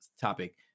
topic